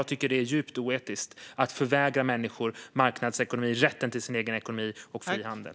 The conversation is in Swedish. Jag tycker att det är djupt oetiskt att förvägra människor marknadsekonomi, rätten till sin egen ekonomi och frihandel.